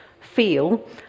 feel